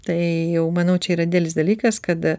tai jau manau čia yra didelis dalykas kad